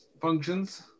functions